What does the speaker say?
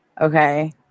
okay